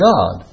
God